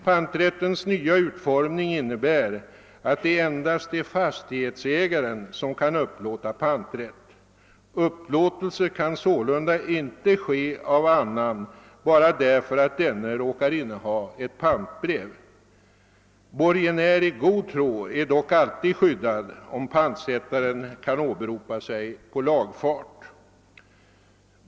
Panträttens nya utformning innebär att endast fastighetsägaren kan upplåta panträtt. Upplåtelse kan sålunda inte ske av annan bara därför att denne råkar inneha ett pantbrev. Borgenär i god tro är dock alltid skyddad om pantsättaren kan åberopa sig på lagfart.